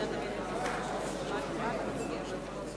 אי-אמון בממשלה לא נתקבלה.